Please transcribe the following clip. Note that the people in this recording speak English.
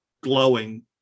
glowing